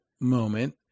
moment